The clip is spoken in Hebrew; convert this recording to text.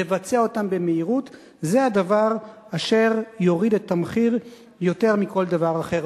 לבצע אותן במהירות זה הדבר אשר יוריד את המחיר יותר מכל דבר אחר.